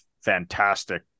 fantastic